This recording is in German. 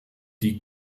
die